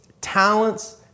talents